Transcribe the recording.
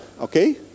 Okay